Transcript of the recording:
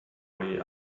way